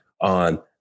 on